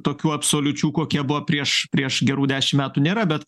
tokių absoliučių kokie buvo prieš prieš gerų dešim metų nėra bet